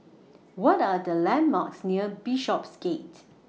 What Are The landmarks near Bishopsgate